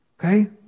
Okay